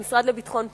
המשרד לביטחון פנים,